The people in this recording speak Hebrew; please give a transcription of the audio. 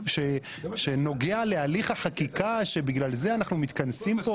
שנוגע להליך החקיקה שבגלל זה אנחנו מתכנסים פה